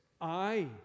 I